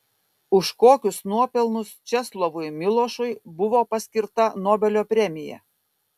už kokius nuopelnus česlovui milošui buvo paskirta nobelio premija